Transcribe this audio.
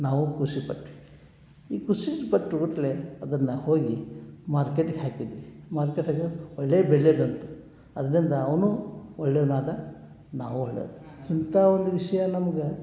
ನಾವು ಖುಷಿ ಪಟ್ವಿ ಈ ಖುಷಿ ಪಟ್ಗುಟ್ಲೆ ಅದನ್ನು ಹೋಗಿ ಮಾರ್ಕೆಟಿಗೆ ಹಾಕಿದ್ವಿ ಮಾರ್ಕೆಟಿಗೆ ಒಳ್ಳೆಯ ಬೆಲೆ ಬಂತು ಅದರಿಂದ ಅವನು ಒಳ್ಳೆಯವನಾದ ನಾವು ಒಳ್ಳೆವ್ರು ಇಂಥ ಒಂದು ವಿಷಯ ನಮ್ಗೆ